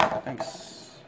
Thanks